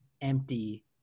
empty